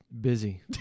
Busy